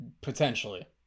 Potentially